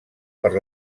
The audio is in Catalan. per